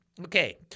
Okay